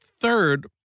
third